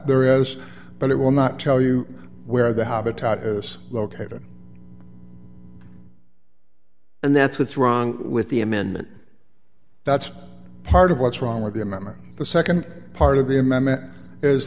there has but it will not tell you where the habitat is located and that's what's wrong with the amendment that's part of what's wrong with the amendment the nd part of the